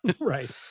Right